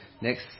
next